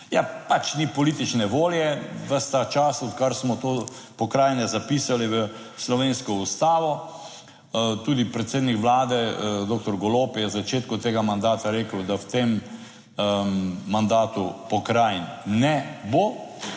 pač ni politične volje ves ta čas, odkar smo to pokrajino zapisali v slovensko ustavo. Tudi predsednik Vlade doktor Golob je v začetku tega mandata rekel, da v tem mandatu pokrajin ne bo.